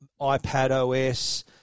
iPadOS